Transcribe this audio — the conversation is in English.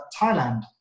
thailand